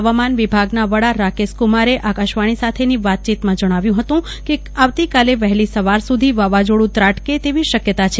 હવામાન વિભાગના વડા રાકેશકુમાર આકાશવાણી સાથેની વાતચીતમાં જણાવ્યું હતું કે આવતીકાલે વહેલી સવાર સુધી વાવાઝોડું ત્રાટકે તેવી શક્યતા છે